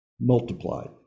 multiplied